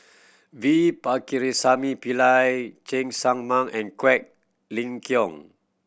V Pakirisamy Pillai Cheng Tsang Man and Quek Ling Kiong